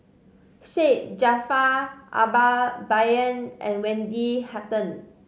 Syed Jaafar Albar Bai Yan and Wendy Hutton